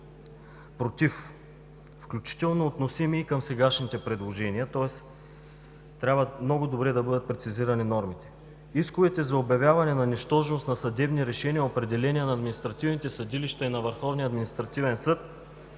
„против“, включително отношение към сегашните предложения, тоест трябва много добре да бъдат прецизирани нормите. Исковете за обявяване на нищожност на съдебни решения, определения на административните съдилища и на